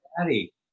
Daddy